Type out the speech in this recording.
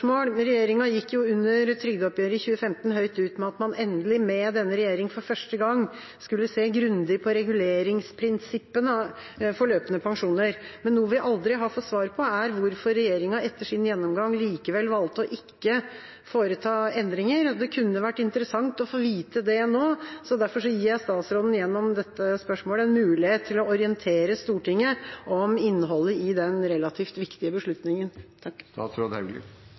Regjeringa gikk under trygdeoppgjøret i 2015 høyt ut med at man endelig med denne regjering for første gang skulle se grundig på reguleringsprinsippene for løpende pensjoner. Men noe vi aldri har fått svar på, er hvorfor regjeringa etter sin gjennomgang likevel valgte ikke å foreta endringer. Det kunne vært interessant å få vite det nå. Derfor gir jeg statsråden gjennom dette spørsmålet en mulighet til å orientere Stortinget om innholdet i den relativt viktige beslutningen.